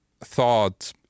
thought